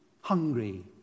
hungry